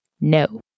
no